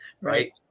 Right